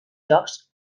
jocs